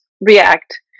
React